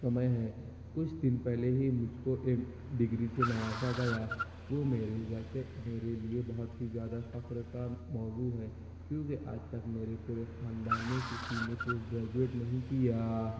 سمئے ہے کچھ دن پہلے ہی مجھ کو ایم ڈگری سے نوازا گیا وہ میرے جیسے میرے لیے بہت ہی زیادہ فخر کا موضوع ہے کیونکہ آج تک میرے کوئی خاندان میں کسی نے پوس گریجوئیٹ نہیں کیا